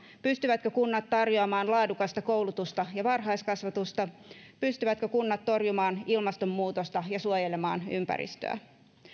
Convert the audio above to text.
pystyvätkö kunnat tarjoamaan laadukasta koulutusta ja varhaiskasvatusta sekä pystyvätkö kunnat torjumaan ilmastonmuutosta ja suojelemaan ympäristöä